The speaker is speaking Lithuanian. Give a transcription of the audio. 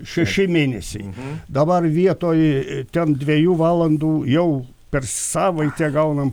šeši mėnesiai dabar vietoj ten dviejų valandų jau per savaitę gaunam